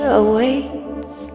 awaits